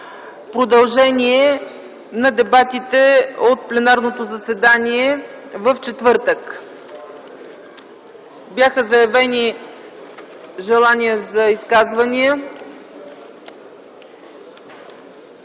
Продължение на дебатите от пленарното заседание в четвъртък. Бяха заявени желания за изказвания.